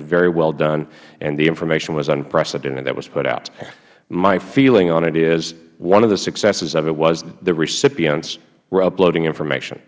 was very well done and the information was unprecedented that was put out my feeling on it is one of the successes of it was the recipients were uploading information